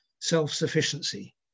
self-sufficiency